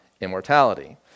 immortality